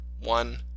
one